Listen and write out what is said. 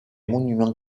monuments